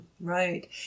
Right